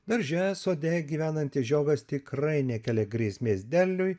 darže sode gyvenantis žiogas tikrai nekelia grėsmės derliui